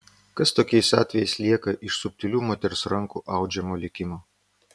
kas tokiais atvejais lieka iš subtilių moters rankų audžiamo likimo